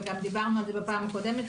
וגם דיברנו על זה בפעם הקודמת,